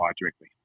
directly